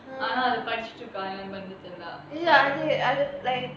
ஆனா அது படிச்சிட்டுருப்பாரு இல்ல அது வந்து:aana adhu padichiturupaaru illa athu vanthu like